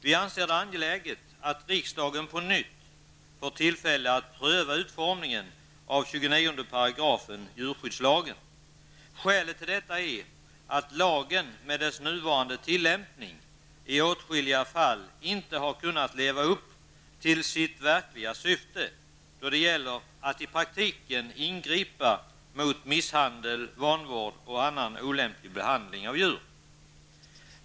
Vi anser det angeläget att riksdagen på nytt får tillfälle att pröva utformningen av 29 § djurskyddslagen. Skälet till detta är att lagen med dess nuvarande tillämpning i åtskilliga fall inte har kunnat motsvara sitt verkliga syfte då det gäller att i praktiken kunna ingripa mot misshandel, vanvård och annan olämplig behandling av djur.